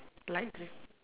like